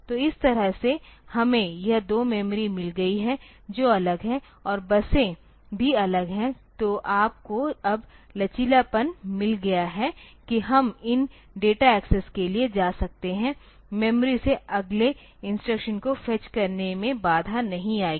तो इस तरह से हमें यह दो मेमोरी मिल गई हैं जो अलग हैं और बसें भी अलग हैं तो आपको अब लचीलापन मिल गया है कि हम इन डेटा एक्सेस के लिए जा सकते हैं मेमोरी से अगले इंस्ट्रक्शन को फेच करने में बाधा नहीं आएगी